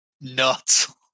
nuts